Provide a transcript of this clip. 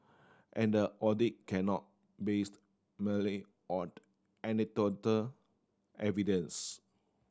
and the audit cannot based merely out anecdotal evidence